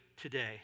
today